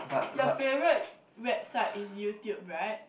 your favourite website is YouTube right